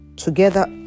together